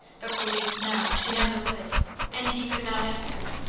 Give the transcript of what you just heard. but believed now she never would and he could not ask her.